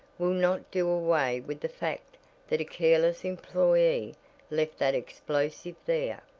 will not do away with the fact that a careless employee left that explosive there.